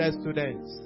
students